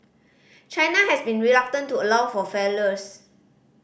China has been reluctant to allow for failures